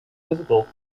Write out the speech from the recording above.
visible